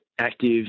active